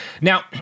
Now